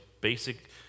basic